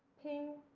ping,